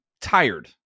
tired